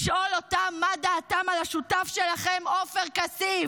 לשאול אותם מה דעתם על השותף שלכם עופר כסיף.